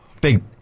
Big